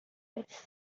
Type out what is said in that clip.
which